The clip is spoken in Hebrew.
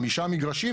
חמישה מגרשים,